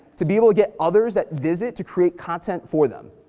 to be able to get others that visit to create content for them.